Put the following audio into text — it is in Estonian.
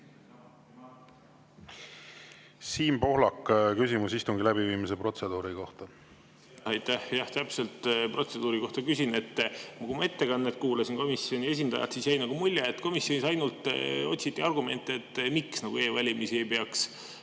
Siim Pohlak, küsimus istungi läbiviimise protseduuri kohta. Aitäh! Täpselt protseduuri kohta küsin. Kui ma ettekannet kuulasin komisjoni esindajalt, siis jäi nagu mulje, et komisjonis otsiti ainult argumente, miks e-valimisi ei peaks